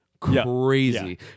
crazy